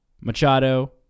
Machado